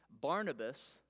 Barnabas